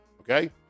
Okay